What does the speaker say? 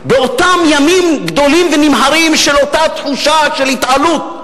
באותם ימים גדולים ונמהרים של אותה תחושה של התעלות,